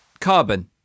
carbon